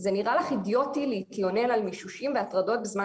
"זה נראה לך אידיוטי להתלונן על מישושים והטרדות בזמן